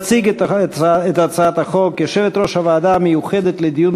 תציג את הצעת החוק יושבת-ראש הוועדה המיוחדת לדיון